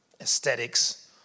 aesthetics